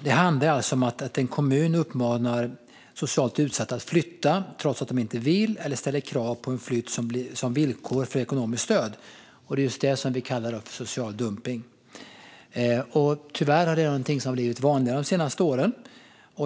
Det handlar alltså om att en kommun uppmanar socialt utsatta att flytta trots att de inte vill eller ställer krav på en flytt som villkor för ekonomiskt stöd. Det är just det som vi kallar för social dumpning. Tyvärr är det här någonting som har blivit vanligare de senaste åren.